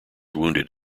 wounded